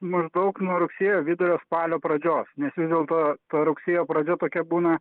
maždaug nuo rugsėjo vidurio spalio pradžios nes vis dėlto ta rugsėjo pradžia tokia būna